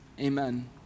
amen